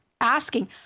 asking